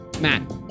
Matt